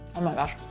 oh my gosh.